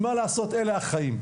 מה לעשות, אלה החיים.